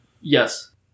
Yes